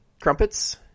crumpets